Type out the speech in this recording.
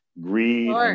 Greed